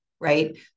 right